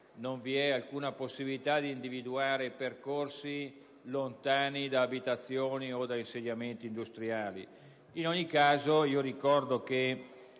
di fatto alcuna possibilità di individuare percorsi lontani da abitazioni o da insediamenti industriali. In ogni caso ricordo che,